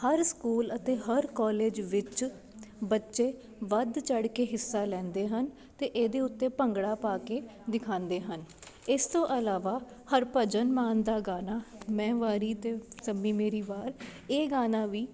ਹਰ school ਅਤੇ ਹਰ college ਵਿੱਚ ਬੱਚੇ ਵੱਧ ਚੜ੍ਹ ਕੇ ਹਿੱਸਾ ਲੈਂਦੇ ਹਨ ਤੇ ਇਹਦੇ ਉੱਤੇ ਭੰਗੜਾ ਪਾ ਕੇ ਦਿਖਾਂਦੇ ਹਨ ਇਸ ਤੋਂ ਅਲਾਵਾ ਹਰਭਜਨ ਮਾਨ ਦਾ ਗਾਨਾ ਮੈਂ ਵਾਰੀ ਤੇ ਸੰਮੀ ਮੇਰੀ ਵਾਰ ਇਹ ਗਾਨਾ ਵੀ